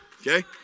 okay